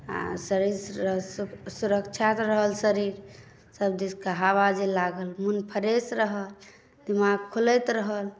आ शरीर सुरक्षित रहल शरीर सभदिशका हवा जे लागल मोन फ्रेश रहल दिमाग खुलैत रहल